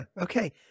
okay